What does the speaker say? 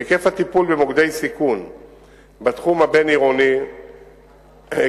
היקף הטיפול במוקדי סיכון בתחום הבין-עירוני עומד,